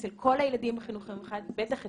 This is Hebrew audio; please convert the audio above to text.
אצל כל הילדים בחינוך המיוחד, בטח אצלנו,